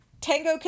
Tango